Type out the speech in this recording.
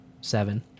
seven